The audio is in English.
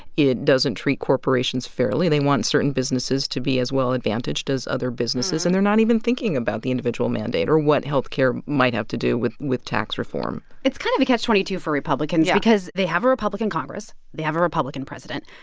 it doesn't treat corporations fairly. they want certain businesses to be as well-advantaged as other businesses. and they're not even thinking about the individual mandate or what health care might have to do with with tax reform it's kind of a catch twenty two for republicans. yeah. because they have a republican congress. they have a republican president.